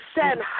send